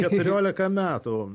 keturiolika metų